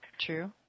true